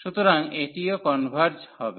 সুতরাং এটিও কনভারর্জ হবে